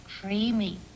Creamy